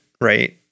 right